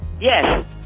Yes